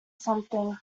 something